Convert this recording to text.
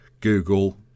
Google